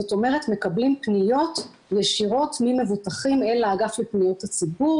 זאת אומרת מקבלים פניות ישירות ממבוטחים אל האגף לפניות הציבור,